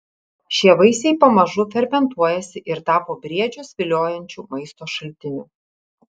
šie vaisiai pamažu fermentuojasi ir tapo briedžius viliojančiu maisto šaltiniu